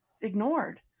ignored